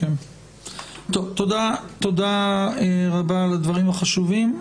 תודה רבה על הדברים החשובים.